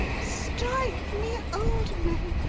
strike me old, meg!